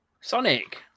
Sonic